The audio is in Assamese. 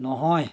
নহয়